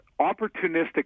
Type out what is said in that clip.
opportunistic